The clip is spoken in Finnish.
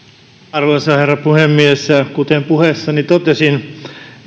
arvoisa herra puhemies kuten puheessani totesin